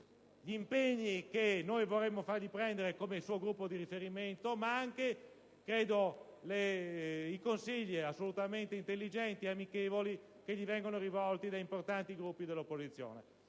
gli impegni che noi vorremo fargli prendere come suo Gruppo di riferimento, ma anche, credo, i consigli, assolutamente intelligenti ed amichevoli, che gli vengono rivolti da importanti Gruppi dell'opposizione.